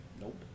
Nope